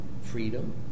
Freedom